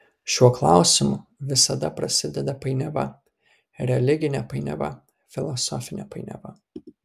šiuo klausimu visada prasideda painiava religinė painiava filosofinė painiava